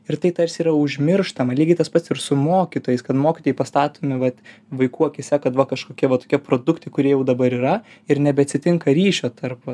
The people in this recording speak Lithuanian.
ir tai tarsi yra užmirštama lygiai tas pats ir su mokytojais kad mokytojai pastatomi vat vaikų akyse kad va kažkokie va tokie produktai kurie jau dabar yra ir nebeatsitinka ryšio tarp